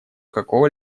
какого